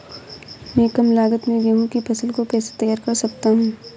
मैं कम लागत में गेहूँ की फसल को कैसे तैयार कर सकता हूँ?